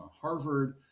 Harvard